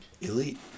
Elite